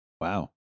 wow